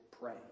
pray